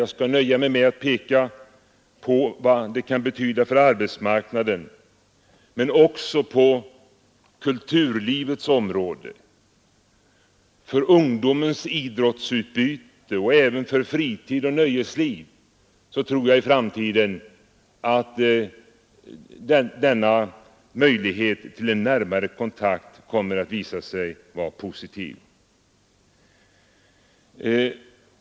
Jag skall nöja mig med att peka på vad det kan betyda för arbetsmarknaden. Men också på kulturlivets område, för ungdomens idrottsutbyte och även för fritid och nöjesliv tror jag att denna möjlighet till närmare kontakt i framtiden kommer att visa sig vara positiv.